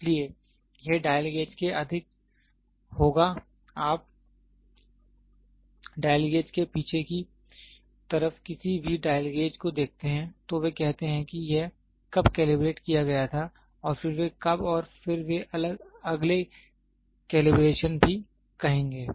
इसलिए यह dial gauge के अधिक होगा यदि आप डायल गेज के पीछे की तरफ किसी भी डायल गेज को देखते हैं तो वे कहते हैं कि यह कब कैलिब्रेट किया गया था और फिर वे कब और फिर वे अगले कैलिब्रेशन भी कहेंगे